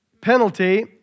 penalty